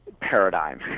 paradigm